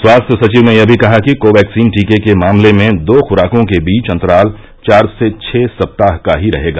स्वास्थ्य सचिव ने यह भी कहा कि कोवैक्सीन टीके के मामले में दो खुराकों के बीच अंतराल चार से छह सप्ताह का ही रहेगा